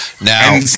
now